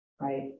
right